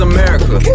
America